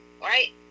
right